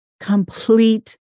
complete